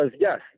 yes